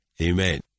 Amen